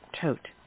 tote